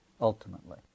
ultimately